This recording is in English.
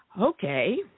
Okay